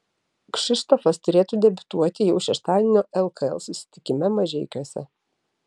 kšištofas turėtų debiutuoti jau šeštadienio lkl susitikime mažeikiuose